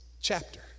chapter